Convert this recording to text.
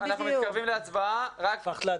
אם ככה,